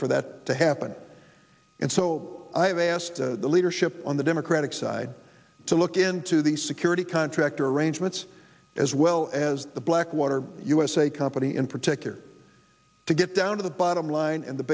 for that to happen and so i have asked the leadership on the democratic side to look into the security contractor arrangements as well as the blackwater usa company in particular to get down to the bottom line and the